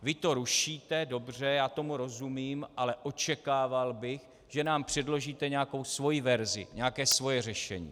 Vy to rušíte, dobře, já tomu rozumím, ale očekával bych, že nám předložíte nějakou svoji verzi, nějaké svoje řešení.